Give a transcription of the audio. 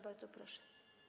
Bardzo proszę.